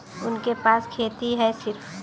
उनके पास खेती हैं सिर्फ